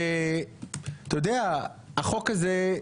ואתה יודע החוק הזה,